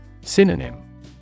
Synonym